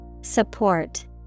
Support